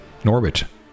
Norbit